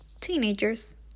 teenagers